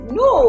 no